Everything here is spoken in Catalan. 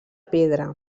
pedra